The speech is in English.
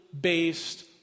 based